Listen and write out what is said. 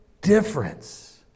difference